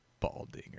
Baldinger